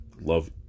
Love